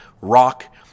rock